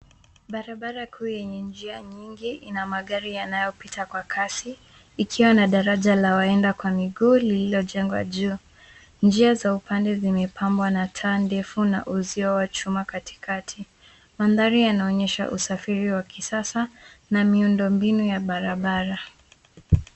Barabara kuu yenye njia nyingi ina magari yanayopita kwa kasi ikiwa na daraja la waenda kwa miguu lililojengwa juu. Njia za upande zimepambwa na taa ndefu na uzio wa chuma katikati. Mandhari yanaonyesha usafiri wa kisasa na miundombinu ya barabara.